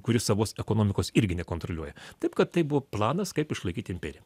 kuris savo ekonomikos irgi nekontroliuoja taip kad tai buvo planas kaip išlaikyti imperiją